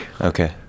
okay